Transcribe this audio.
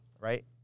right